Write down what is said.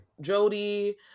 Jody